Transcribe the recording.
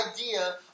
idea